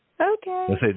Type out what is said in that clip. Okay